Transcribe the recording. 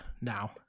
now